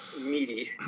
meaty